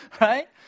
Right